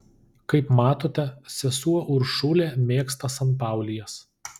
kaip matote sesuo uršulė mėgsta sanpaulijas